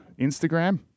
Instagram